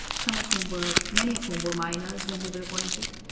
some of whom were, many of whom were minors when they were appointed.